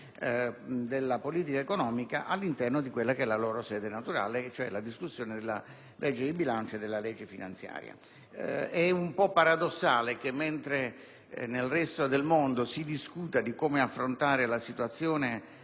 della politica economica all'interno della loro sede naturale: la discussione sulla legge di bilancio e sulla legge finanziaria. È alquanto paradossale che, mentre nel resto del mondo si discute di come affrontare la situazione